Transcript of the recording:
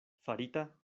farita